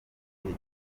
gihe